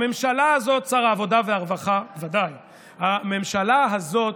הממשלה הזאת, שר העבודה והרווחה, הממשלה הזאת,